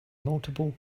multiple